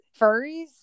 furries